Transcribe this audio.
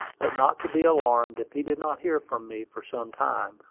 but not to be alarmed if he did not hear from me for some time,